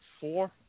four